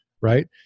right